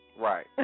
Right